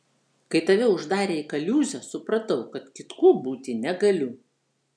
kai tave uždarė į kaliūzę supratau kad kitkuo būti negaliu